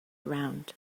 round